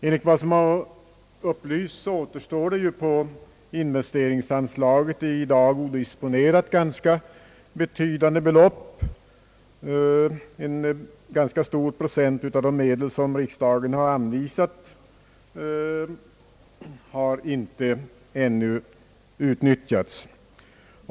Enligt vad som har upplysts återstår på investeringsanslaget i dag odisponerat betydande belopp. En ganska stor procent av de medel som riksdagen har anvisat har ännu inte utnyttjats.